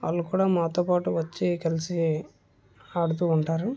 వాళ్ళు కూడా మాతో పాటు వచ్చి కలిసి ఆడుతు ఉంటారు